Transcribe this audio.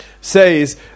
says